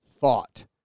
thought